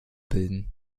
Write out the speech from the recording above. bilden